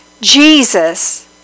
Jesus